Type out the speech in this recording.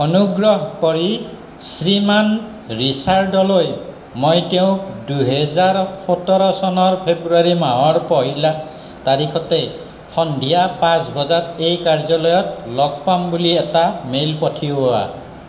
অনুগ্ৰহ কৰি শ্ৰীমান ৰিচাৰ্ডলৈ মই তেওঁক দুহেজাৰ সোতৰ চনৰ ফেব্ৰুৱাৰী মাহৰ পহিলা তাৰিখতে সন্ধিয়া পাঁচ বজাত এই কাৰ্যালয়ত লগ পাম বুলি এটা মেইল পঠিওৱা